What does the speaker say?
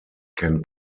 can